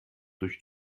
durch